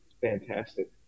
fantastic